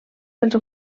pels